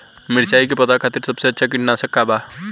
मिरचाई के पौधा खातिर सबसे अच्छा कीटनाशक का बा?